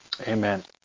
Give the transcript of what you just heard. Amen